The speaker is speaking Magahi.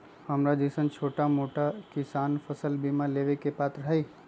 हमरा जैईसन छोटा मोटा किसान फसल बीमा लेबे के पात्र हई?